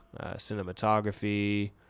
cinematography